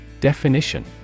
Definition